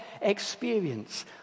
experience